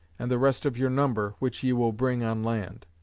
and the rest of your number, which ye will bring on land.